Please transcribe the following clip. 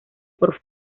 por